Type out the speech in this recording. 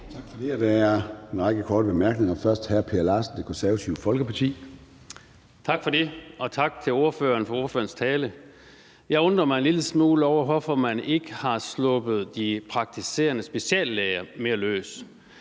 Tak for det. Der er en række korte bemærkninger. Først er det fra hr. Per Larsen, Det Konservative Folkeparti. Kl. 13:58 Per Larsen (KF): Tak for det, og tak til ordføreren for ordførerens tale. Jeg undrer mig en lille smule over, hvorfor man ikke har sluppet de praktiserende speciallæger mere løs.